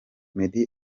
meddy